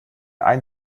ein